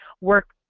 work